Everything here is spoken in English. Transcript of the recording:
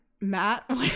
matt